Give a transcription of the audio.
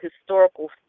historical